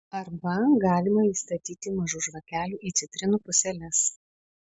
arba galima įstatyti mažų žvakelių į citrinų puseles